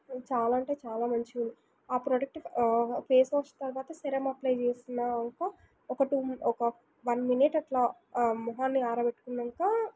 చాలా అంటే చాలా మంచిగుంది అ ప్రోడక్ట్ ఫేస్ వాష్ తర్వాత సీరం అప్లై చేసినాక ఒక టూ ఒక వన్ మినిట్ అట్లా మొహాన్ని ఆరబెట్టుకున్నాక